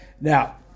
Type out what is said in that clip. Now